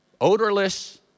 odorless